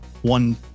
one